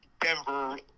Denver